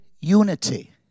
unity